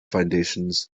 foundations